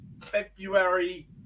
february